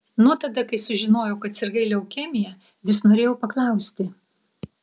nuo tada kai sužinojau kad sirgai leukemija vis norėjau paklausti